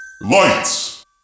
Lights